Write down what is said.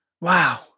wow